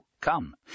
Come